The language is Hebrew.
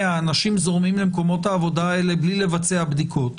אנשים זורמים למקומות העבודה האלה בלי לבצע בדיקות